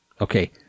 Okay